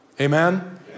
Amen